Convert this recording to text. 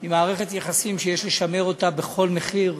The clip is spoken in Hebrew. היא מערכת יחסים שיש לשמר אותה בכל מחיר.